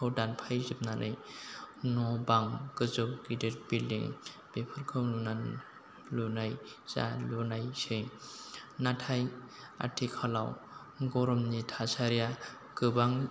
खौ दानफाय जोबनानै न' बां गोजौ गिदिर बिल्डिं बेफोरखौ नुनानै लुनाय जा लुनायसै नाथाय आथिखालाव गरमनि थासारिया गोबां